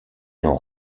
n’ont